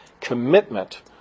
commitment